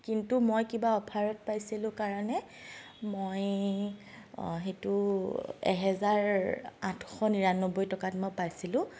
কিন্তু মই কিবা অ'ফাৰত পাইছিলো কাৰণে মই সেইটো এহেজাৰ আঠশ নিৰানব্বৈ টকাত মই পাইছিলোঁ